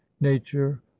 nature